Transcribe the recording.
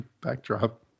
backdrop